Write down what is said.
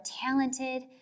talented